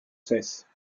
cesse